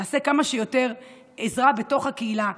נעשה שתהיה כמה שיותר עזרה בתוך הקהילה,